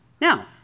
Now